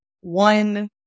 one